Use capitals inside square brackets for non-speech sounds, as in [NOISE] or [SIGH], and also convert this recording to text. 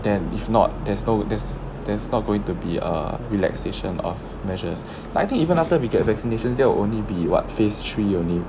then if not there's no there's there's not going to be a relaxation of measures [BREATH] but I think even after we get vaccinations that will only be what phase three only